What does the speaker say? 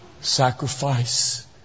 sacrifice